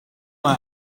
mal